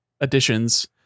additions